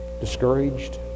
discouraged